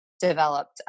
developed